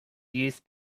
used